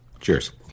Cheers